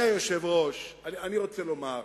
היושב-ראש, אני רוצה לומר.